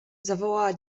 zawołała